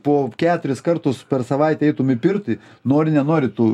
po keturis kartus per savaitę eitum į pirtį nori nenori tu